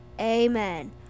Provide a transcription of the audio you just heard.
Amen